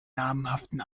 namhaften